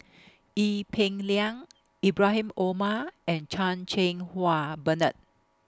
Ee Peng Liang Ibrahim Omar and Chan Cheng Wah Bernard